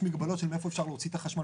יש מגבלות של מאיפה אפשר להוציא את החשמל,